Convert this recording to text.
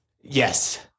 Yes